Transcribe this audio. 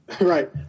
Right